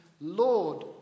Lord